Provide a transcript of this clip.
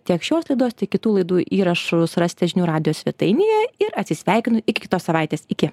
tiek šios laidos tiek kitų laidų įrašus rasite žinių radijo svetainėje ir atsisveikinu iki kitos savaitės iki